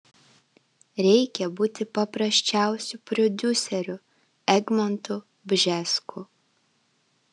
reikia būti paprasčiausiu prodiuseriu egmontu bžesku